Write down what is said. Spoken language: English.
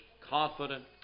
confident